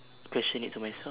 question it to myself